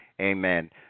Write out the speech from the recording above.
Amen